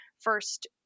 first